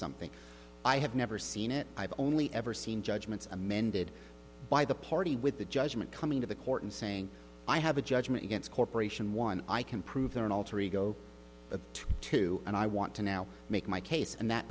something i have never seen it i've only ever seen judgments amended by the party with the judgment coming to the court and saying i have a judgment against corporation one i can prove they're an alter ego of two and i want to now make my case and that